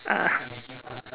ah